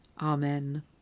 Amen